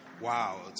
Wow